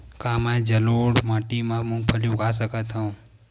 का मैं जलोढ़ माटी म मूंगफली उगा सकत हंव?